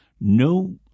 No